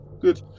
good